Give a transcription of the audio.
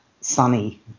sunny